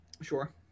Sure